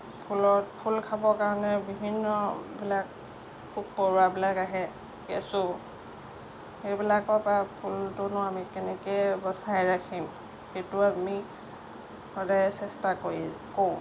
ফুলত ফুল খাবৰ কাৰণে বিভিন্নবিলাক পোক পৰুৱাবিলাক আহে কেঁচু সেইবিলাকৰ পৰা ফুলটোনো আমি কেনেকৈ বচাই ৰাখিম সেইটো আমি সদায় চেষ্টা কৰি কৰোঁ